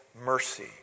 mercy